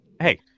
hey